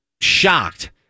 shocked